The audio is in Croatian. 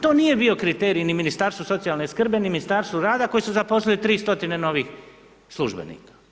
To nije bio kriterij ni Ministarstva socijalne skrbi ni Ministarstva rada koji su zaposlili 300 novih službenika.